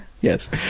Yes